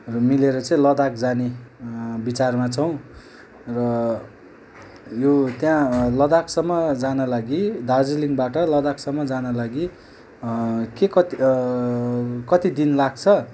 मिलेर चाहिँ लदाक जाने विचारमा छौँ र यो त्यहाँ लदाकसम्म जान लागि दार्जिलिङबाट लदाकसम्म जान लागि के कति कति दिन लाग्छ